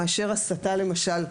מאשר הסתה למשל,